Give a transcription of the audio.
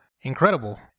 incredible